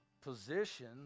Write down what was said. position